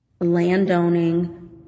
landowning